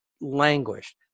languished